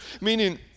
meaning